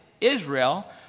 Israel